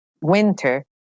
winter